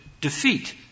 defeat